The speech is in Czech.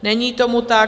Není tomu tak.